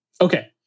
Okay